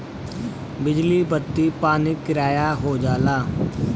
बिजली बत्ती पानी किराया हो जाला